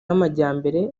y’amajyambere